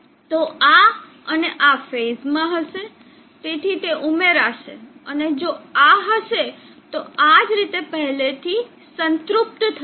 તો આ અને આ ફેઝમાં હશે તેથી તે ઉમેરાશે અને જો આ હશે તો આ જ રીતે પહેલેથી સંતૃપ્ત થશે